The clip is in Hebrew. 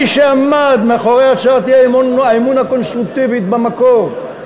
מי שעמד מאחורי הצעת האי-אמון הקונסטרוקטיבית במקור,